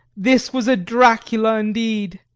this was a dracula indeed!